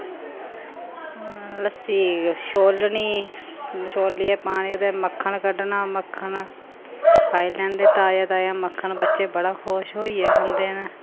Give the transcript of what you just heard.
लस्सी छोल्लनी छोल्लियै पानी ते मक्खन कड्ढना मक्खन खाई लैंदे ताजा ताजा मक्खन बच्चे बड़ा खुश होइयै खंदे न